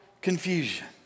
confusion